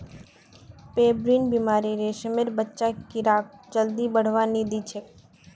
pebrine बीमारी रेशमेर बच्चा कीड़ाक जल्दी बढ़वा नी दिछेक